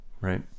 right